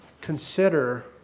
consider